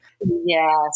yes